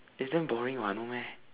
it's damn boring what no meh